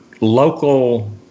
local